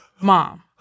Mom